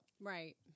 Right